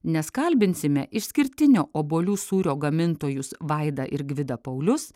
nes kalbinsime išskirtinio obuolių sūrio gamintojus vaidą ir gvidą paulius